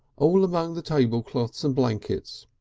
all among the table-cloths and blankets.